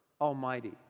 almighty